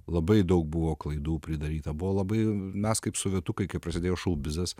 labai daug buvo klaidų pridaryta buvo labai mes kaip sovietukai kai prasidėjo šaubizas